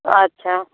अच्छा